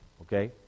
Okay